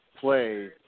play